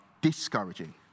discouraging